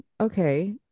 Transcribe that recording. Okay